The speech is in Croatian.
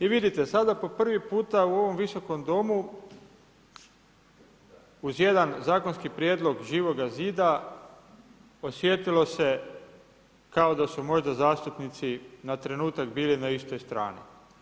I vidite sada po prvi puta u ovom Visokom domu uz jedan zakonski prijedlog Živoga zida osjetilo se kao da su možda zastupnici na trenutak bili na istoj strani.